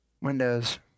Windows